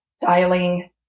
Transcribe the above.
dialing